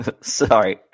sorry